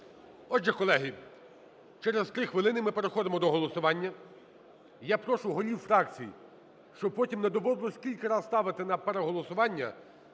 Отже, колеги, через 3 хвилини ми переходимо до голосування. Я прошу голів фракцій, щоб потім не доводилось кілька раз ставити на переголосування,